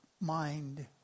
mind